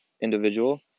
individual